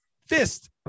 fist